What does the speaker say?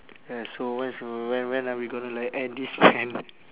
ya so when so when when are we gonna like end this man